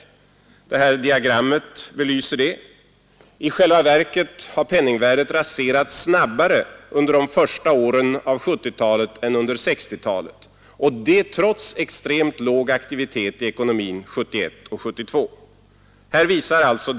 Diagrammet som jag visar på TV-skärmen belyser det. I själva verket har penningvärdet raserats snabbare under de första åren av 1970-talet än under 1960-talet — detta trots extremt låg aktivitet i ekonomin 1971 och 1972.